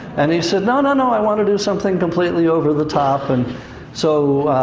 and he said, no, no, no, i want to do something completely over the top. and so,